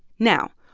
now,